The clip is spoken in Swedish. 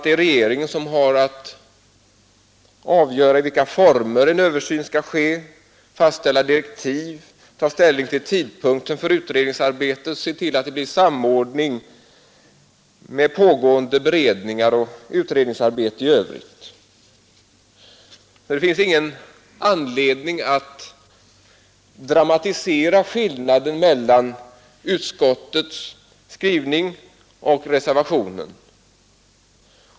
Det är regeringen som har att avgöra i vilka former en översyn skall ske, fastställa direktiv, ta ställning till tidpunkt för utredningsarbetet och se till att det blir en samordning med pågående beredningar och utredningsarbete i övrigt. Det finns ingen anledning att dramatisera skillnaden mellan utskottsmajoritetens skrivning och reservationen.